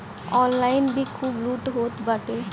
online भी खूब लूट होत बाटे